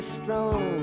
strong